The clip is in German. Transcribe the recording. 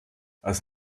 als